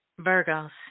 Virgos